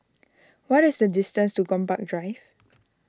what is the distance to Gombak Drive